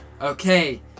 Okay